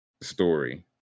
story